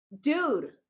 dude